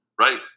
Right